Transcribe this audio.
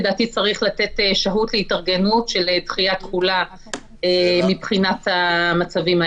לדעתי צריך לתת שהות להתארגנות ודחיית תחולה לגבי זה.